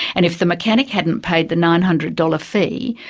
and if the mechanic hadn't paid the nine hundred dollars fee,